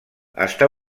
està